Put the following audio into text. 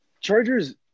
Chargers